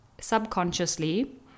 subconsciously